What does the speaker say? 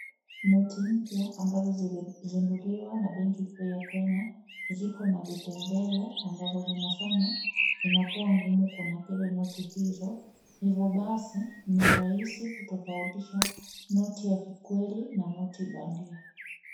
Noti mpya ambazo zilizinduliwa na benki kuu ya Kenya ziko na vipengele ambavyo vinafanya inakuwa ngumu kunakili noti hizo hivyo basi ni rahisi kutofautisha noti ya kikweli na noti bandia.